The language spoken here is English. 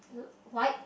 white